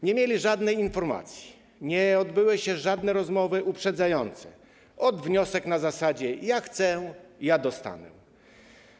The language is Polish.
Nie mieli żadnej informacji, nie odbyły się żadne rozmowy poprzedzające - ot, wniosek na zasadzie: ja chcę, ja dostanę.